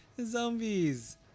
Zombies